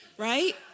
right